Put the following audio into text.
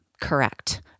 correct